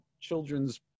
children's